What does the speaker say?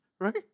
right